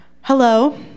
hello